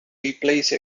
replace